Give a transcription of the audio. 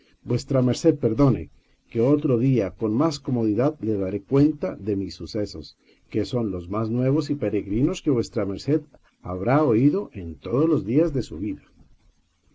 m me perdone que otro día con más comodidad le daré cuenta de mis sucesos que son los más nuevos y peregrinos que v m habrá oído en todos los días de su vida